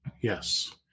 Yes